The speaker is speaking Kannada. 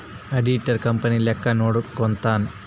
ಆಡಿಟರ್ ಕಂಪನಿ ಲೆಕ್ಕ ನೋಡ್ಕಂತಾನ್